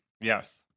Yes